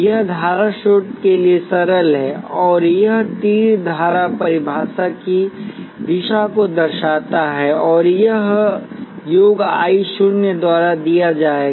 यह धारा स्रोत के लिए सरल है और यह तीर धारा परिभाषा की दिशा को दर्शाता है और यह योग I शून्य द्वारा दिया जाएगा